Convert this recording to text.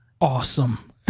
Awesome